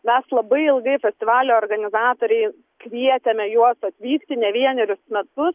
mes labai ilgai festivalio organizatoriai kvietėme juos atvykti ne vienerius metus